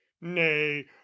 nay